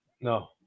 No